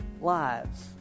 lives